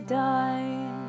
die